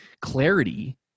clarity